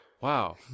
Wow